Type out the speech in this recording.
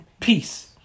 peace